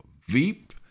Veep